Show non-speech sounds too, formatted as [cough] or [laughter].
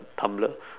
tumblr [breath]